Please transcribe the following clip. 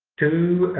to